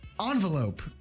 Envelope